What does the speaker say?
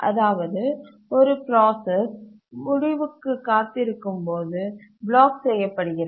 அதாவது ஒரு பிராசஸ் முடிவுக்கு காத்திருக்கும் போது பிளாக் செய்யப்படுகிறது